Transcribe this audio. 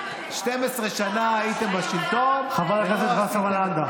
"12 שנה הייתם בשלטון" חברת הכנסת וסרמן לנדה,